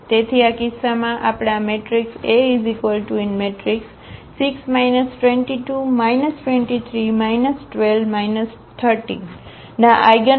તેથી આ કિસ્સામાં આપણે આ મેટ્રિક્સ A6 2 2 2 3 1 2 1 3 ના આઇગનવેલ્યુ અને આઇગનવેક્ટર શોધી શકીએ છીએ